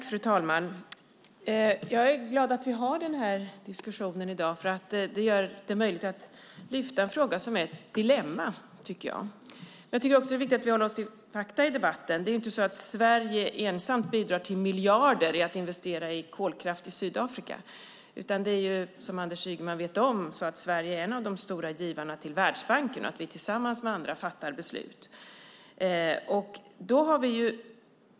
Fru talman! Jag är glad att vi har denna diskussion i dag, för det gör det möjligt att lyfta fram en fråga som är ett dilemma. Det är också viktigt att vi håller oss till fakta i debatten. Sverige bidrar inte ensamt med miljarder till att investera i kolkraft i Sydafrika. Vi är en av de stora givarna till Världsbanken där vi tillsammans med andra fattar beslut. Detta vet Anders Ygeman.